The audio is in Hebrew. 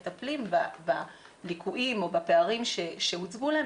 מטפלים בליקויים או בפערים שהוצגו להם.